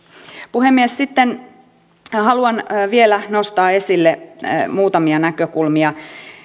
puhemies sitten haluan vielä nostaa esille muutamia näkökulmia